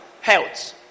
Health